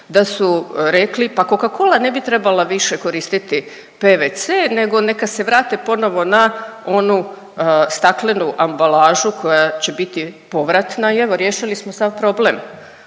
da su rekli pa Coca-cola ne bi trebala više koristiti PVC nego neka se vrate ponovo na onu staklenu ambalažu koja će biti povratna i evo riješili smo sav problem